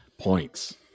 points